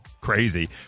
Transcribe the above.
Crazy